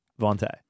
Vontae